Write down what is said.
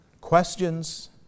Questions